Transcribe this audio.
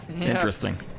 Interesting